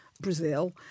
Brazil